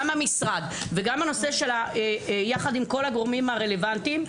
גם המשרד וגם הנושא של יחד עם כל הגורמים הרלוונטיים,